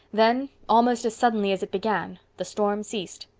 then, almost as suddenly as it began, the storm ceased.